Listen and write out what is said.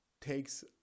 takes